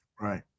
Right